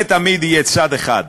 ותמיד יהיה צד אחד